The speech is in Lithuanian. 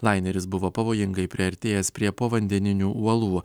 laineris buvo pavojingai priartėjęs prie povandeninių uolų